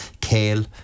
Kale